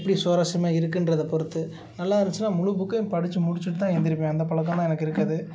எப்படி சுவாரசியமாக இருக்குன்றதிய பொறுத்து நல்லாருந்துச்சின்னா முழு புக்கை படிச்சு முடிச்சுட்டு தான் எந்திரிப்பேன் அந்தப் பழக்கம் தான் எனக்கு இருக்குது